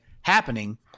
happening